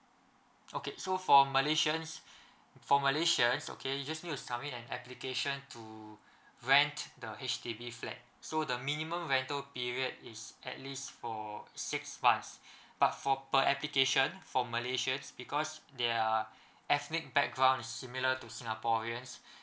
okay so for malaysians for malaysia is okay you just need to submit an application to rent the H_D_B flat so the minimum rental period is at least for six month but for per application for malaysians because their ethnic backgrounds is similar to singaporeans